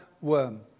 Worm